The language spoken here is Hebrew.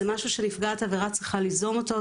זה משהו שנפגעת העבירה צריכה ליזום אותו.